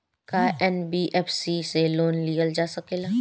का एन.बी.एफ.सी से लोन लियल जा सकेला?